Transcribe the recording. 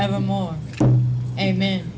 evermore amen